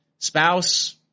Spouse